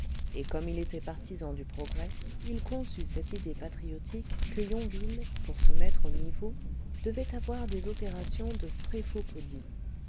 et comme il était partisan du progrès il conçut cette idée patriotique que yonville pour se mettre au niveau devait avoir des opérations de stréphopodie